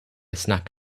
snack